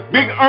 Big